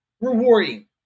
rewarding